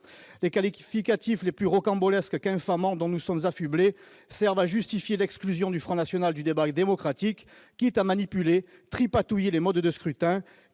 Les qualificatifs aussi rocambolesques qu'infamants dont nous sommes affublés servent à justifier l'exclusion du Front national du débat démocratique, quitte à manipuler, tripatouiller les modes scrutin,